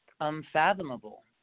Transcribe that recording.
unfathomable